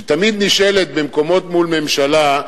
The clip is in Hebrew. שתמיד נשאלת במקומות מול ממשלה,